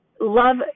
love